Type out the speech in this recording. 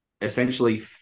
essentially